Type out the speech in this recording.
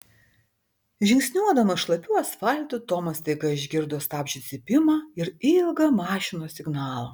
žingsniuodamas šlapiu asfaltu tomas staiga išgirdo stabdžių cypimą ir ilgą mašinos signalą